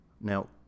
Now